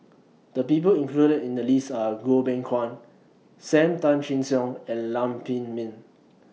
The People included in The list Are Goh Beng Kwan SAM Tan Chin Siong and Lam Pin Min